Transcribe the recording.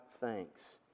thanks